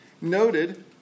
noted